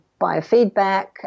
biofeedback